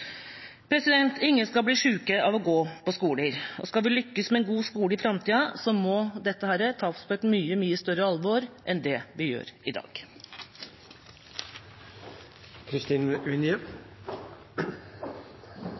Ingen skal bli sjuke av å gå på skole. Skal man lykkes med en god skole i framtida, må dette tas på et mye, mye større alvor enn det man gjør i dag.